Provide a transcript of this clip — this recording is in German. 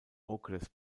okres